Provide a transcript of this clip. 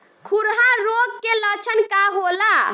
खुरहा रोग के लक्षण का होला?